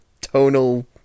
tonal